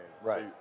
Right